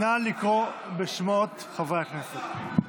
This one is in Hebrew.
נא לקרוא בשמות חברי הכנסת.